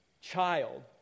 child